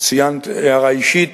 ציינת הערה אישית,